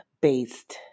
based